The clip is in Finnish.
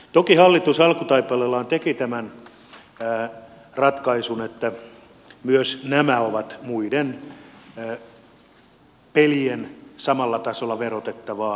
toki hallitus alkutaipaleellaan teki tämän ratkaisun että myös nämä ovat muiden pelien kanssa samalla tasolla verotettavaa